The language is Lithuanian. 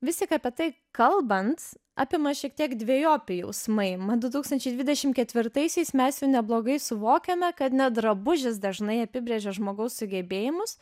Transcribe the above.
vis tik apie tai kalbant apima šiek tiek dvejopi jausmai mat du tūkstančiai dvidešim ketvirtaisiais mes neblogai suvokiame kad ne drabužis dažnai apibrėžia žmogaus sugebėjimus